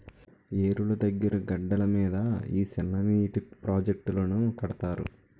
ఏరుల దగ్గిర గెడ్డల మీద ఈ సిన్ననీటి ప్రాజెట్టులను కడతారు